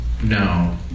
no